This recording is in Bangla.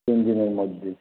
তিন দিনের মধ্যেই